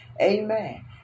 Amen